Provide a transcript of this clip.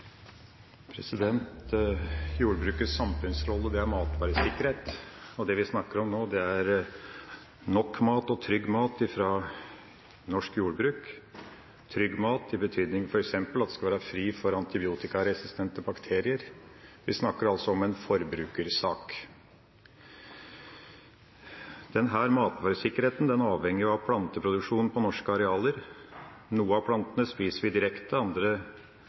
nok mat og trygg mat fra norsk jordbruk – trygg mat f.eks. i betydning av at den skal være fri for antibiotikaresistente bakterier. Vi snakker altså om en forbrukersak. Denne matvaresikkerheten er avhengig av planteproduksjon på norske arealer. Noen av plantene spiser vi direkte, andre